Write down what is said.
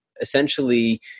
essentially